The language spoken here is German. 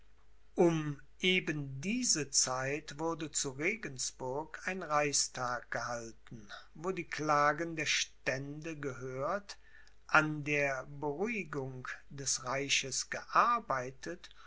um eben diese zeit wurde zu regensburg ein reichstag gehalten wo die klagen der stände gehört an der beruhigung des reiches gearbeitet